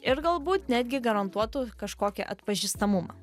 ir galbūt netgi garantuotų kažkokį atpažįstamumą